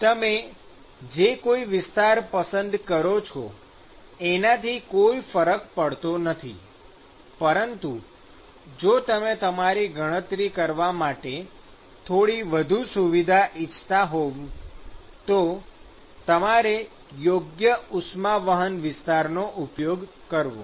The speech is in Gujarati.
તમે જે કોઈ વિસ્તાર પસંદ કરો છો એનાથી કોઈ ફરક પડતો નથી પરંતુ જો તમે તમારી ગણતરી કરવા માટે થોડી વધુ સુવિધા ઇચ્છતા હોવ તો તમારે યોગ્ય ઉષ્મા વહન વિસ્તારનો ઉપયોગ કરવો